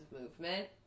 movement